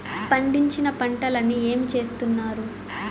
పండించిన పంటలని ఏమి చేస్తున్నారు?